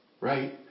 right